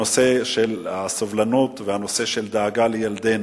הנושא של סובלנות והנושא של דאגה לילדינו.